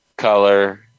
color